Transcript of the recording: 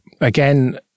again